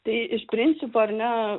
tai iš principo ar ne